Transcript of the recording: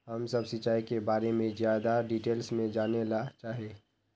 हम सब सिंचाई के बारे में ज्यादा डिटेल्स में जाने ला चाहे?